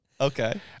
Okay